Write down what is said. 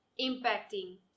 impacting